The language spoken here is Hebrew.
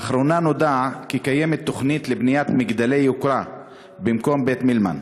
לאחרונה נודע כי תוכנית לבניית מגדלי יוקרה במקום בית-מילמן